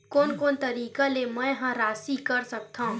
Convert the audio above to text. कोन कोन तरीका ले मै ह राशि कर सकथव?